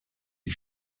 die